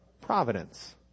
Providence